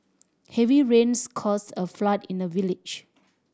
heavy rains caused a flood in the village